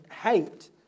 hate